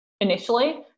initially